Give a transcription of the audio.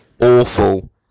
awful